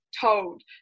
told